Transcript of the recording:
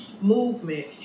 movement